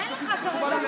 אין לך כרגע.